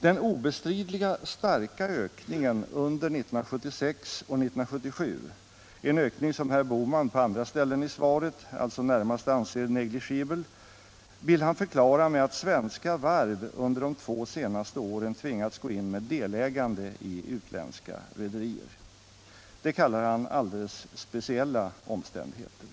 Den obestridliga starka ökningen under 1976 och 1977 — en ökning som herr Bohman på andra ställen i svaret närmast anser negligibel — vill han förklara med att svenska varv under de två senaste åren tvingats gå in med delägande i utländska rederier. Det kallar han ”alldeles speciella omständigheter”.